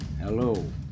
hello